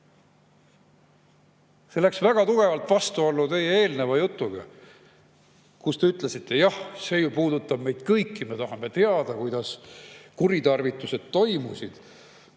See läks väga tugevalt vastuollu teie eelneva jutuga, kus te ütlesite, et jah, see ju puudutab meid kõiki, me tahame teada, kuidas kuritarvitused toimusid.